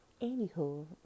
anywho